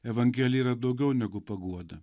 evangelija yra daugiau negu paguoda